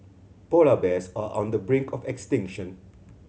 polar bears are on the brink of extinction